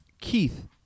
Keith